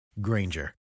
Granger